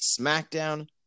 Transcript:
SmackDown